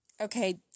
Okay